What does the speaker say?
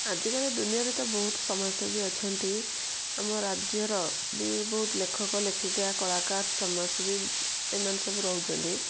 ଆଜିକାଲି ଦୁନିଆରେ ତ ବହୁତ ସମାଜସେବୀ ଅଛନ୍ତି ଆମ ରାଜ୍ୟର ବି ବହୁତ ଲେଖକ ଲେଖିକା କଳାକାର ସମାଜସେବୀ ଏମାନେ ସବୁ ରହୁଛନ୍ତି